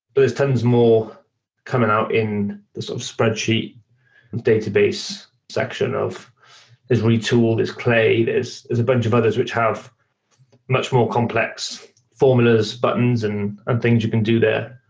but it tends more coming out in the sort of spreadsheet database section of there's retool, there's clay. there's there's a bunch of others which have much more complex formulas, buttons and and things you can do there.